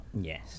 Yes